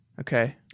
Okay